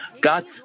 God